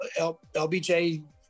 LBJ